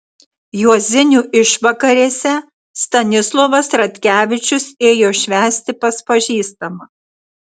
juozinių išvakarėse stanislovas ratkevičius ėjo švęsti pas pažįstamą